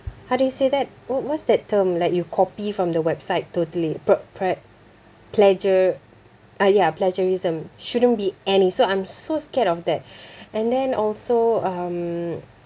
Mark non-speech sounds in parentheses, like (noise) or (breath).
how do you say that what what's that term like you copy from the website totally bro~ pre~ plagia~ ah ya plagiarism shouldn't be any so I'm so scared of that (breath) and then also um